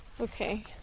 Okay